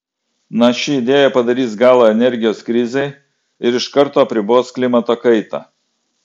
na ši idėja padarys galą energijos krizei ir iš karto apribos klimato kaitą